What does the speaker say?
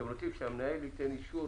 ייתן אישור